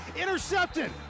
intercepted